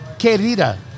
Querida